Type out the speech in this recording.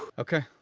okay,